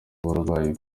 abarwayi